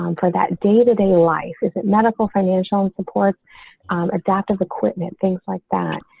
um for that day to day life isn't medical financial and support adaptive equipment, things like that.